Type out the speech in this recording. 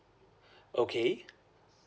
okay